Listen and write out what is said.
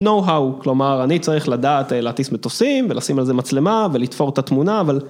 נו האו, כלומר אני צריך לדעת להטיס מטוסים ולשים על זה מצלמה ולתפור את התמונה אבל